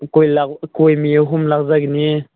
ꯑꯩꯈꯣꯏ ꯑꯩꯈꯣꯏ ꯃꯤ ꯑꯍꯨꯝ ꯂꯥꯛꯆꯒꯅꯤ